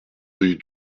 rue